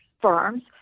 firms